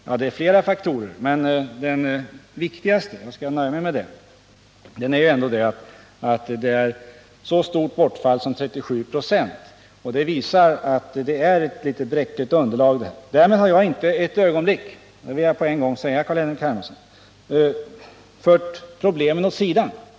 Ja, det är flera faktorer, men den viktigaste — jag skall nöja mig med den -— är att bortfallet är så stort som 37 "», och det visar att det är ett bräckligt underlag. Därmed har jag inte för ett ögonblick — det vill jag på en gång säga, Carl Henrik Hermansson -— fört problemen åt sidan.